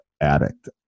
addict